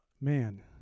man